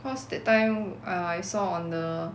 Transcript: cause that time err I saw on the